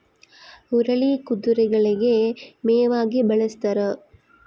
ಹುರುಳಿ ಕುದುರೆಗಳಿಗೆ ಮೇವಾಗಿ ಬಳಸ್ತಾರ